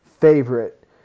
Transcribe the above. favorite